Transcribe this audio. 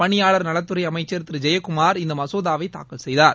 பணியாளர் நலத்துறைஅமைச்சர் திரு ஜெயக்குமார் இந்த மசோதாவை தாக்கல் செய்தார்